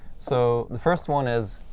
so the first one is,